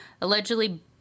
allegedly